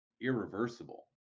irreversible